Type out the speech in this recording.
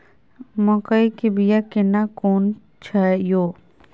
मकई के बिया केना कोन छै यो?